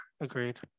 Agreed